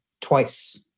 twice